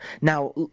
Now